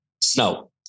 snow